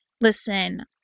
listen